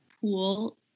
pool